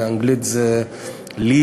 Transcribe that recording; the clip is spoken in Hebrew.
באנגלית זה leave,